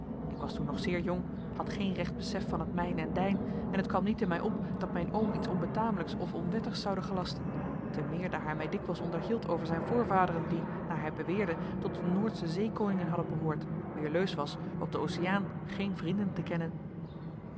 ik was toen nog zeer jong had geen recht besef van het mijn en dijn en het kwam niet in mij op dat mijn oom iets onbetamelijke of onwettigs zoude gelasten te meer daar hij mij dikwijls onderhield over zijn voorvaderen die naar hij beweerde tot de noordsche zeekoningen hadden behoord wier leus was op den oceaan geen vrienden te kennen